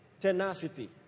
tenacity